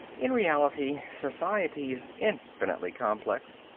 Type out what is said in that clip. in reality society is infinitely complex,